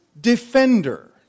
defender